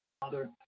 Father